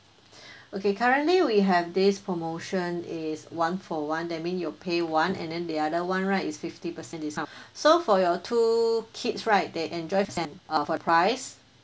okay currently we have this promotion is one for one that mean you pay one and then the other [one] right is fifty percent discount so for your two kids right they enjoy price